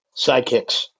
sidekicks